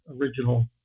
original